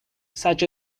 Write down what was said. such